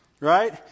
Right